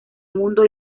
mundo